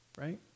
right